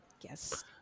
Yes